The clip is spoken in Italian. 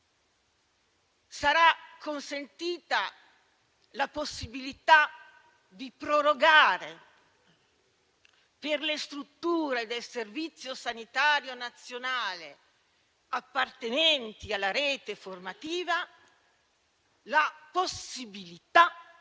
Sarà consentita la possibilità di prorogare, per le strutture del Servizio sanitario nazionale appartenenti alla rete formativa, la possibilità